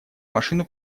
машину